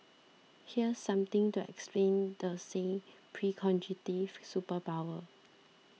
here's something to explain the said superpower